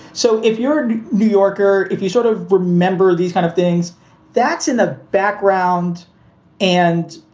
so if you're a new yorker, if you sort of remember these kind of things that's in the background and,